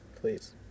Please